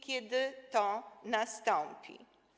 Kiedy to nastąpi?